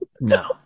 No